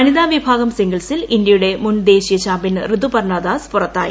വനിതാ വിഭാഗം സിംഗിൾസിൽ ഇന്ത്യയുടെ മുൻ ദേശീയ ചാമ്പ്യൻ ഋതുപർണദാസ് പുറത്തായി